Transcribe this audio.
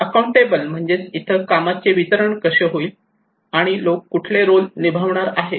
accountable म्हणजेच इथे कामाचे वितरण कसे होईल आणि लोक कुठले रोल निभावणार आहेत